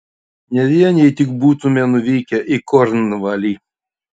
ne vien jei tik būtumėme nuvykę į kornvalį